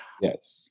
yes